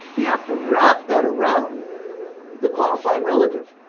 you have to wrap that around the qualifying relative,